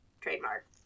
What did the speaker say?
trademark